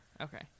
Okay